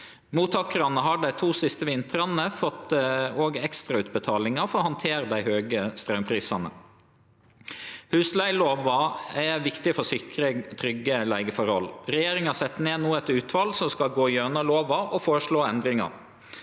Mottakarane har dei to siste vintrane fått ekstrautbetalingar for å handtere dei høge straumprisane. Husleigelova er viktig for å sikre trygge leigeforhold. Regjeringa set no ned eit utval som skal gå gjennom lova og føreslå endringar.